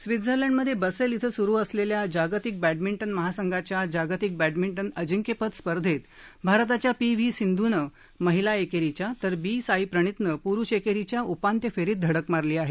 स्वित्झर्लंडमध्ये बसेल इथं सुरू असलेल्या जागतिक बष्ठमिंटन महासंघाच्या जागतिक बष्ठमिंटन अजिंक्यपद स्पर्धेत भारताच्या पी व्ही सिंधूनं महिला एकेरीच्या तर बी साई प्रणीतनं प्रुष एकेरीच्या उपांत्य फेरीत धडक मारली आहे